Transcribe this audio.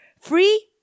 free